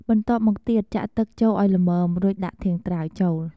បន្ទាប់មកទៀត ចាក់ទឹកចូលឱ្យល្មម រួចដាក់ធាងត្រាវចូល។